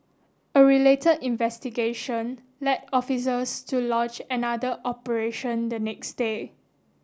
a relate investigation led officers to launch another operation the next day